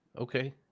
okay